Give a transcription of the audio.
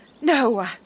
no